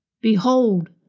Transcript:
Behold